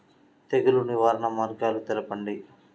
తెగులు నివారణ మార్గాలు తెలపండి?